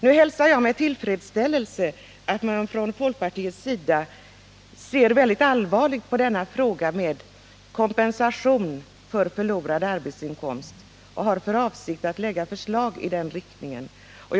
Nu hälsar jag med tillfredsställelse att man från folkpartiets sida ser allvarligt på frågan om kompensation för förlorad arbetsinkomst och har för avsikt att lägga fram förslag som innebär bättre ersättning.